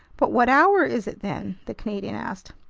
but what hour is it, then? the canadian asked.